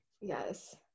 yes